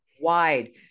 wide